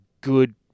good